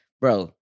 bro